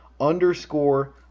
underscore